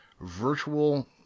virtual